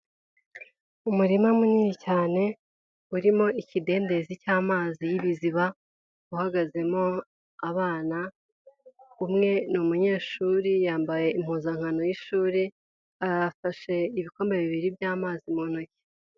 Umurima munini cyane urimo ikidendezi cy'amazi y'ibiziba, uhagazemo abana, umwe ni umunyeshuri yambaye impuzankano y'ishuri, afashe ibikombe bibiri by'amazi mu ntoki.